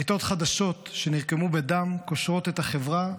בריתות חדשות שנרקמו בדם קושרות את החברה.